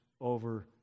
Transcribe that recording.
over